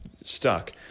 stuck